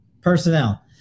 Personnel